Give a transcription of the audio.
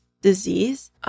disease